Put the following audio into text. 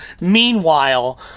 meanwhile